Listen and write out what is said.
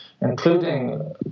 including